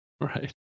right